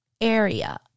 area